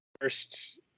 first